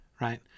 Right